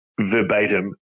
verbatim